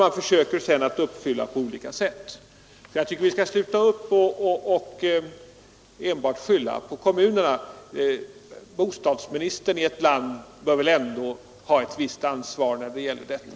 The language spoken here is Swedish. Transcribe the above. Jag tycker att vi skall sluta upp att enbart skylla på kommunerna Bostadsministern i ett land bör väl ändå ha ansvar för detta.